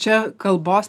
čia kalbos